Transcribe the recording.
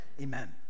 Amen